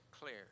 clear